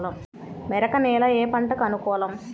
మెరక నేల ఏ పంటకు అనుకూలం?